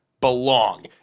belong